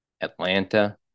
Atlanta